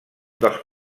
dels